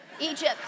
Egypt